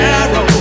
arrow